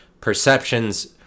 perceptions